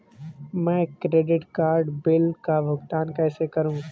मैं credit card bill का भुगतान कैसे करूं?